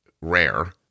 rare